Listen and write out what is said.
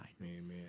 Amen